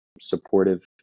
supportive